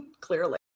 clearly